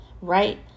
right